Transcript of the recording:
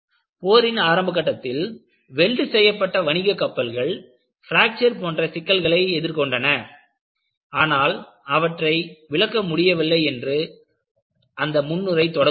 போரின் ஆரம்பத்தில் வெல்ட் செய்யப்பட்ட வணிகக் கப்பல்கள் பிராக்சர் போன்ற சிக்கல்களை எதிர் கொண்டன ஆனால் அவற்றை விளக்க முடியவில்லை என்று அந்த முன்னுரை தொடங்குகிறது